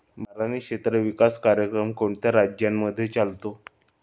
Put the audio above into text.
बारानी क्षेत्र विकास कार्यक्रम कोणत्या राज्यांमध्ये चालतो?